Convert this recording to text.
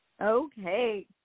Okay